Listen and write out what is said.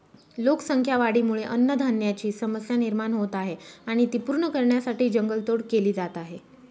लोकसंख्या वाढीमुळे अन्नधान्याची समस्या निर्माण होत आहे आणि ती पूर्ण करण्यासाठी जंगल तोड केली जात आहे